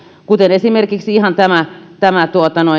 kuten esimerkiksi ihan tämä tämä